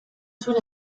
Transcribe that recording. zuen